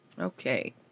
Okay